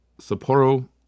Sapporo